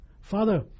Father